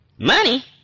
Money